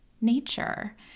nature